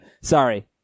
Sorry